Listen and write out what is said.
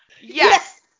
Yes